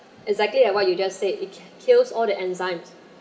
exactly like what you just said it kills all the enzymes